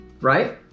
right